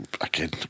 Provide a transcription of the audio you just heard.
again